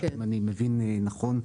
אם אני מבין נכון,